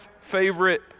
favorite